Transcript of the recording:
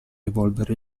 evolvere